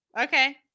Okay